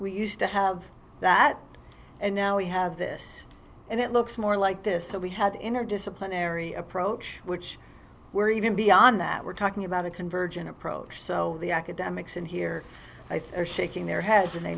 we used to have that and now we have this and it looks more like this so we had interdisciplinary approach which were even beyond that we're talking about a convergent approach so the academics in here i think are shaking their heads and they